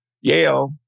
Yale